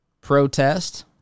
protest